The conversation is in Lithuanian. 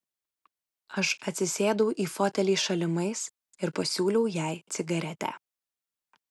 aš atsisėdau į fotelį šalimais ir pasiūliau jai cigaretę